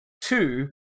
Two